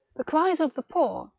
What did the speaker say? the cries of the poor,